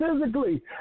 physically